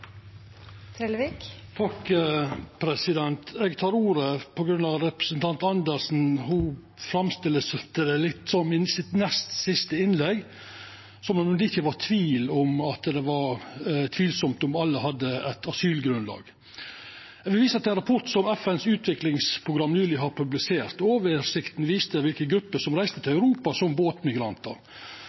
Eg tek ordet på grunn av at representanten Karin Andersen i sitt nest siste innlegg framstilte det som om det ikkje var tvilsamt at alle hadde eit asylgrunnlag. Eg vil visa til ein rapport som FNs utviklingsprogram nyleg har publisert. Oversikta viste kva grupper som reiste til Europa som båtmigrantar,